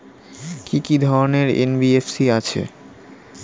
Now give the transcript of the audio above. কি কি ধরনের এন.বি.এফ.সি আছে?